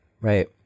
right